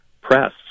press